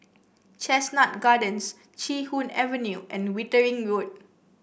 Chestnut Gardens Chee Hoon Avenue and Wittering Road